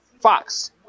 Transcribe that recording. Fox